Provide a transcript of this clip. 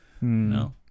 No